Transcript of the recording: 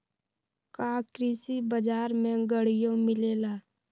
का कृषि बजार में गड़ियो मिलेला?